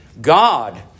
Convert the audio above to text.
God